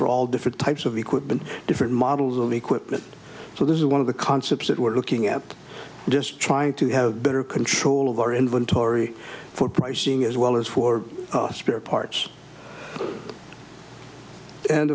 for all different types of equipment different models of equipment so this is one of the concepts that we're looking at just trying to have better control of our inventory for pricing as well as for spare parts and